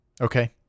Okay